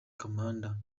komanda